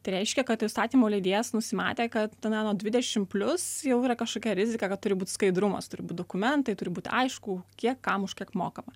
tai reiškia kad įstatymų leidėjas nusimatė kad na nuo dvidešimt plius jau yra kažkokia rizika kad turi būt skaidrumas turi būt dokumentai turi būti aišku kiek kam už kiek mokama